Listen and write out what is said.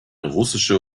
russische